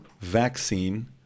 vaccine